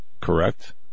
correct